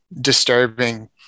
disturbing